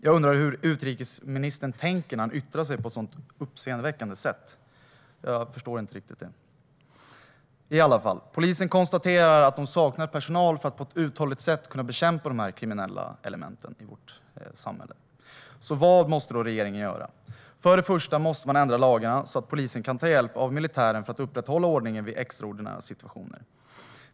Jag undrar hur utrikesministern tänker när han yttrar sig på ett sådant uppseendeväckande sätt. Jag förstår inte det. Polisen konstaterar att man saknar personal för att på ett uthålligt sätt kunna bekämpa de kriminella elementen i vårt samhälle. Vad måste då regeringen göra? För det första måste man ändra lagarna så att polisen kan ta hjälp av militären för att upprätthålla ordningen vid extraordinära situationer.